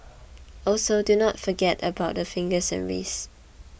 also do not forget about the fingers and wrists